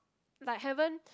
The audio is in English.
like haven't